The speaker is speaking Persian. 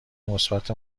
مثبت